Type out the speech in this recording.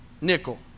nickel